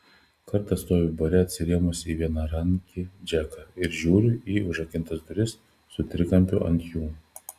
kartą stoviu bare atsirėmus į vienarankį džeką ir žiūriu į užrakintas duris su trikampiu ant jų